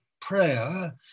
prayer